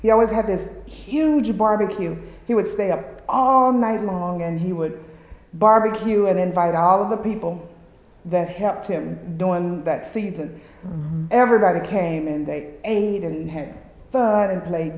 he always had this huge barbecue he would stay up all night long and he would barbecue and invite all of the people that helped him the one that season everybody came and they aided him but and play